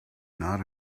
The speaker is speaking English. not